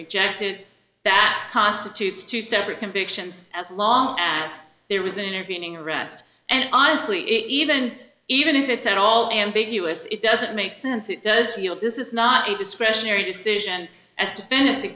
rejected that constitutes two separate convictions as long as there was an intervening arrest and honestly even even if it's at all ambiguous it doesn't make sense it does this is not a discretionary decision as to finish